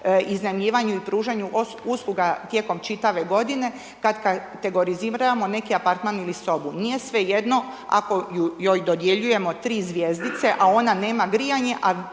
iznajmljivanju i pružanju usluga tijekom čitave godine kad kategoriziramo neki apartman ili sobu. Nije svejedno ako joj dodjeljujemo 3 zvjezdice, a ona nema grijanje,